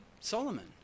Solomon